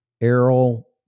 Errol